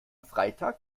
freitag